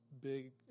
big